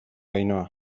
ainhoa